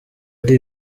ari